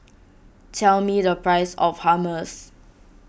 tell me the price of Hummus